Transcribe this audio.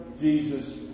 Jesus